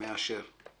מאשר.